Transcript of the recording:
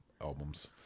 albums